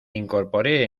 incorporé